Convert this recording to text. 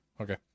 Okay